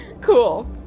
Cool